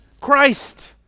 Christ